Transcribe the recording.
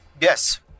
yes